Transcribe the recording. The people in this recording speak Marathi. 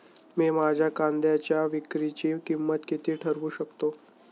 मी माझ्या कांद्यांच्या विक्रीची किंमत किती ठरवू शकतो?